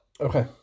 okay